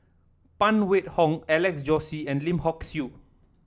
Phan Wait Hong Alex Josey and Lim Hock Siew